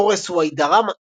amores y dramas,